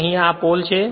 અહી આ પોલ છે